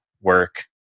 work